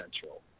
Central